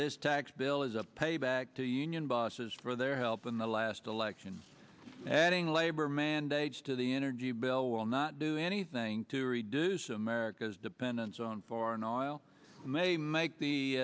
this tax bill is a payback to the union bosses for their help in the last election adding labor mandates to the energy bill will not do anything to reduce america's dependence on foreign oil may make the